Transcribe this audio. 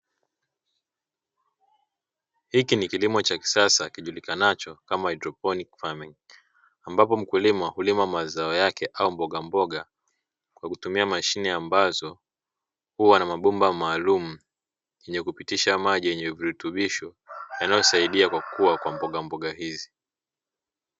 Hiki ni kilimo cha kisasa kijulikanacho kama kilimo cha haidroponi ambapo mkulima hulima mazao yake ama mbogamboga kwa kutumia mashine, ambazo huwa na mabomba maalumu ya kupitisha maji yenye virutubisho yanayosaidia kwa kukua kwa mbogamboga hizi.